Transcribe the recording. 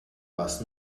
was